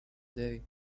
day